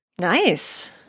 Nice